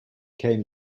came